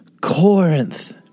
Corinth